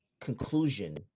conclusion